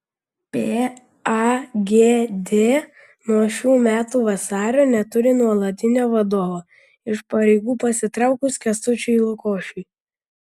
pagd nuo šių metų vasario neturi nuolatinio vadovo iš pareigų pasitraukus kęstučiui lukošiui